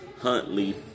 Huntley